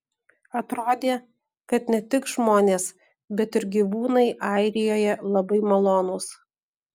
atrodė kad ne tik žmonės bet ir gyvūnai airijoje labai malonūs